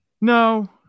No